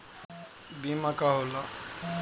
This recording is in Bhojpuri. बीमा का होला?